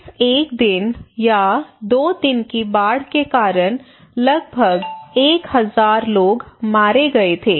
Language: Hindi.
इस एक दिन या 2 दिन की बाढ़ के कारण लगभग 1000 लोग मारे गए थे